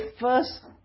first